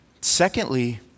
Secondly